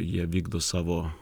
jie vykdo savo